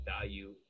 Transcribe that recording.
value